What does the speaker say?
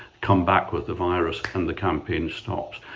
come back with the virus and the campaign stops.